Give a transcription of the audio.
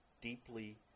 deeply